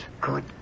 Good